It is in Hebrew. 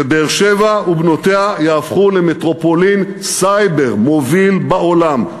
ובאר-שבע ובנותיה יהפכו למטרופולין סייבר מובילה בעולם.